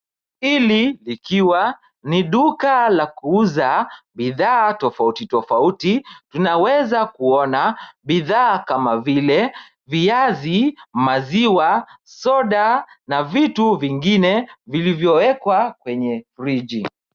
Hili likiwa ni duka la kuuza bidhaa tofauti tofauti vinaweza kuona bidhaa kama vile viazi, maziwa , soda na vitu vingine vilivyowekwa kwenye friji.